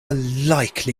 likely